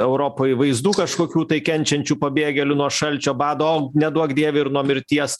europoj vaizdų kažkokių tai kenčiančių pabėgėlių nuo šalčio bado o neduok dieve ir nuo mirties